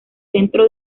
centro